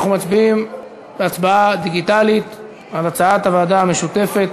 אנחנו מצביעים הצבעה דיגיטלית על הצעת הוועדה המשותפת.